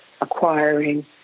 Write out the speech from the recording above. acquiring